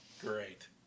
Great